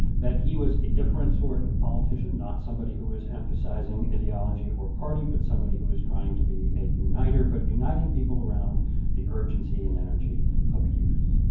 that he was a different sort of politician not somebody who is emphasizing ideology or party but somebody who is trying to be a uniter but uniting people around the urgency and energy of youth